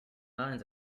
lions